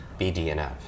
BDNF